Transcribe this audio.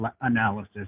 analysis